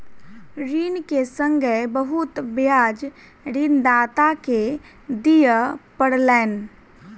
ऋण के संगै बहुत ब्याज ऋणदाता के दिअ पड़लैन